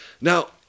Now